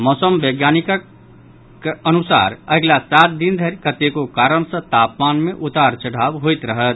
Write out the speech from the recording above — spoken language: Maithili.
मौसम वैज्ञानिक केन्द्रक अनुसार अगिला सात दिन धरि कतेको कारण सॅ तापमान मे उतार चढ़ाव होयत रहत